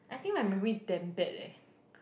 I think my memory damn bad eh